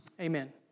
Amen